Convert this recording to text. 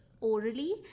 orally